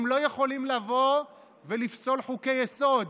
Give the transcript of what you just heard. הם לא יכולים לבוא ולפסול חוקי-יסוד,